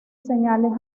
señales